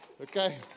Okay